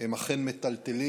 הם אכן מטלטלים,